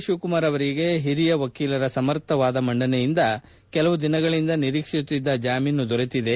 ಶಿವಕುಮಾರ್ ಅವರಿಗೆ ಒರಿಯ ವಕೀಲರ ಸಮರ್ಥ ವಾದ ಮಂಡನೆಯಿಂದ ಕೆಲವು ದಿನಗಳಿಂದ ನಿರೀಕ್ಷಿಸುತ್ತಿದ್ದ ಜಾಮೀನು ದೊರೆತಿದೆ